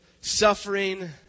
suffering